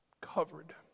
Covered